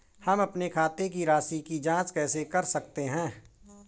हम अपने खाते की राशि की जाँच कैसे कर सकते हैं?